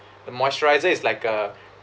the moisturizer is like uh